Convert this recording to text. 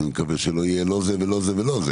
אני מקווה שלא יהיה לא זה ולא זה ולא זה.